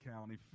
County